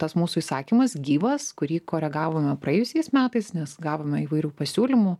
tas mūsų įsakymas gyvas kurį koregavome praėjusiais metais nes gavome įvairių pasiūlymų